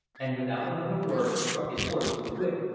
and without another word struck his horse with the whip.